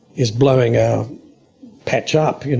is blowing our patch up. you know